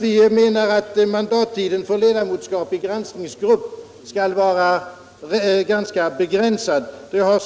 Vi menar att mandattiden för ledamotskap i granskningsgrupp skall vara ganska begränsad. Det har